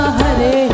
Hare